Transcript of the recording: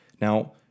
Now